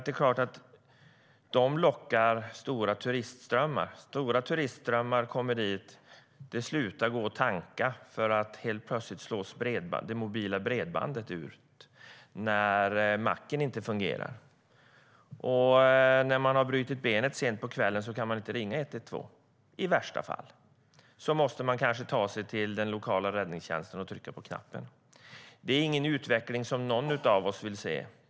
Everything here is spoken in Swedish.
De orterna lockar stora turistströmmar, och då kan det hända att det inte längre går att tanka för att det mobila bredbandet är utslaget och macken inte fungerar. Om man har brutit benet på kvällen kan man inte ringa 112. I värsta fall måste man kanske ta sig till den lokala räddningstjänsten och trycka på knappen. Detta är ingen utveckling som någon av oss vill se.